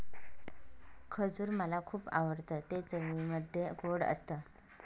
खजूर मला खुप आवडतं ते चवीमध्ये गोड असत